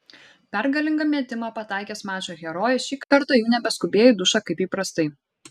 pergalingą metimą pataikęs mačo herojus šį kartą jau nebeskubėjo į dušą kaip įprastai